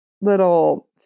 little